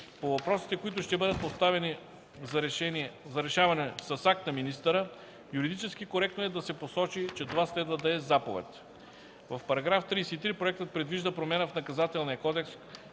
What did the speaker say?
По въпросите, които ще бъдат оставени за решаване с акт на министъра, юридически коректно е да се посочи, че това следва да е заповед. В § 33 проектът предвижда промяна в Наказателния кодекс,